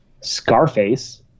Scarface